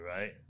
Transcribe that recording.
right